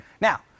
Now